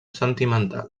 sentimental